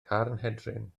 carnhedryn